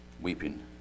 weeping